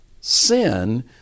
sin